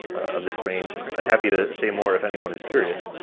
of this range. i'm happy to say more if anyone is curious,